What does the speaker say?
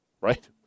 Right